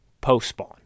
post-spawn